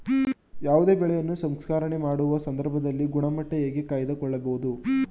ಯಾವುದೇ ಬೆಳೆಯನ್ನು ಸಂಸ್ಕರಣೆ ಮಾಡುವ ಸಂದರ್ಭದಲ್ಲಿ ಗುಣಮಟ್ಟ ಹೇಗೆ ಕಾಯ್ದು ಕೊಳ್ಳಬಹುದು?